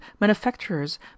manufacturers